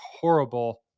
horrible